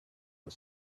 the